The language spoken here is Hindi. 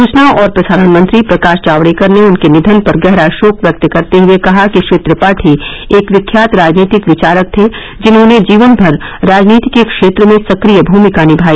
सूचना और प्रसारण मंत्री प्रकाश जावड़ेकर ने उनके निघन पर गहरा शोक व्यक्त करते हये कहा कि श्री त्रिपाठी एक विख्यात राजनीतिक विचारक थे जिन्होंने जीवनभर राजनीति के क्षेत्र में सक्रिय भूमिका निभाई